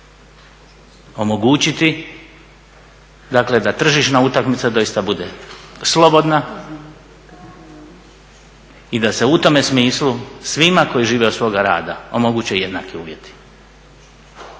omogućiti dakle da tržišna utakmica doista bude slobodna i da se u tome smislu svima koji žive od svoga rada omoguće jednaki uvjeti.